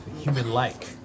human-like